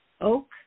Oak